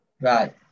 Right